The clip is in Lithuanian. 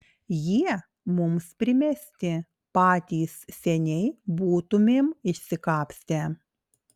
jie mums primesti patys seniai būtumėm išsikapstę